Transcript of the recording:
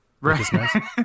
right